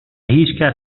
هیچکس